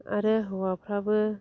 आरो हौवाफ्राबो